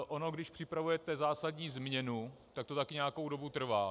Ono když připravujete zásadní změnu, tak to také nějakou dobu trvá.